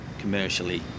commercially